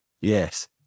Yes